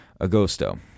Agosto